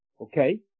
Okay